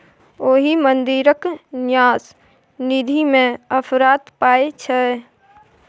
ओहि मंदिरक न्यास निधिमे अफरात पाय छै